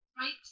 right